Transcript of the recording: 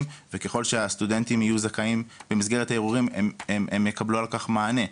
וככל שהסטודנטים יהיו זכאים במסגרת הערעורים הם יקבלו על כך מענה.